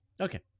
Okay